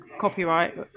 copyright